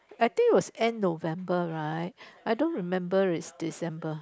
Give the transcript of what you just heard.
I think was end November right I don't remember it's December